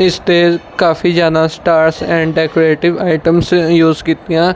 ਇਸ 'ਤੇ ਕਾਫ਼ੀ ਜ਼ਿਆਦਾ stars and decorative items use ਕੀਤੀਆਂ